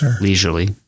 leisurely